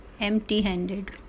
empty-handed